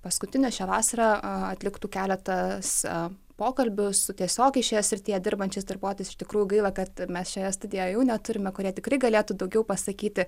paskutinio šią vasarą atliktų keletas pokalbių su tiesiogiai šioje srityje dirbančiais darbuotis iš tikrųjų gaila kad mes šioje studijoje jau neturime kurie tikrai galėtų daugiau pasakyti